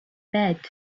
bed